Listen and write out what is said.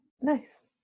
Nice